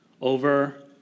over